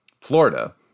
Florida